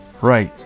Right